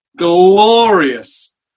glorious